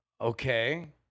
Okay